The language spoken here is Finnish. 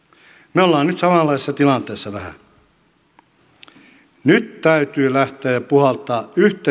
me olemme nyt vähän samanlaisessa tilanteessa nyt täytyy lähteä puhaltamaan yhteiseen hiileen